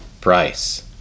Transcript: price